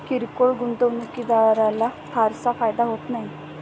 किरकोळ गुंतवणूकदाराला फारसा फायदा होत नाही